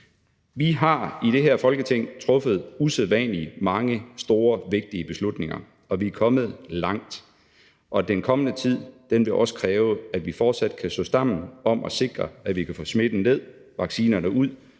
Vi har i det her Folketing truffet usædvanlig mange store, vigtige beslutninger, og vi er kommet langt. Og den kommende tid vil også kræve, at vi fortsat kan stå sammen om at sikre, at vi kan få smitten ned, vaccinerne ud,